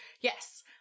Yes